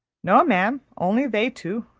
no, ma'am, only they two.